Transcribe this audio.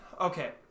Okay